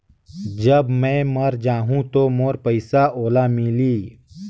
जब मै मर जाहूं तो मोर पइसा ओला मिली?